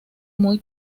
muy